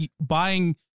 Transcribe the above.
buying